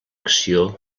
acció